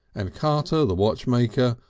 and carter, the watchmaker,